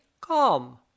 Come